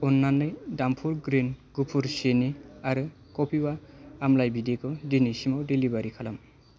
अन्नानै धामपुर ग्रीन गुफुर सिनि आरो खफिबा आमलाइ बिदैखौ दिनैसिमाव डेलिबारि खालाम